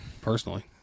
Personally